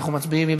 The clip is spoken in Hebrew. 17